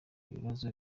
ibibazo